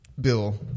Bill